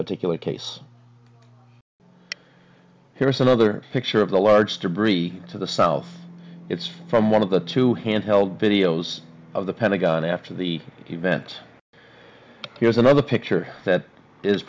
particular case here's another picture of the large debris to the south it's from one of the two handheld videos of the pentagon after the event here's another picture that is